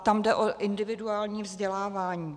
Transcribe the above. Tam jde o individuální vzdělávání.